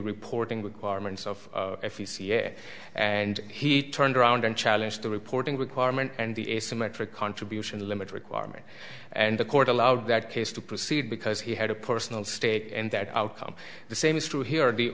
reporting requirements of f e c a and he turned around and challenged the reporting requirement and the asymmetric contribution limit requirement and the court allowed that case to proceed because he had a personal stake and that outcome the same is true here the